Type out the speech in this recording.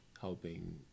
helping